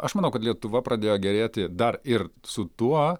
aš manau kad lietuva pradėjo gerėti dar ir su tuo